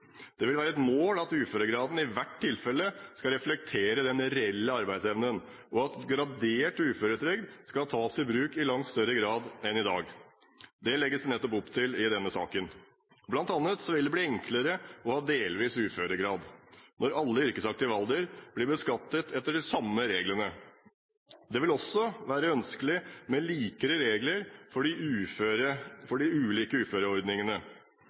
Det vil være et mål at uføregraden i hvert tilfelle skal reflektere den reelle arbeidsevnen, og at gradert uføretrygd skal tas i bruk i langt større grad enn i dag. Det legges det nettopp opp til i denne saken. Blant annet vil det bli enklere å ha delvis uføregrad når alle i yrkesaktiv alder blir beskattet etter de samme reglene. Det vil også være ønskelig med likere regler for de ulike uføretrygdeordningene. Prop. 202 L for